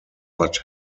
but